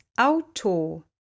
Auto